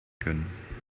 können